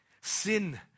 Sin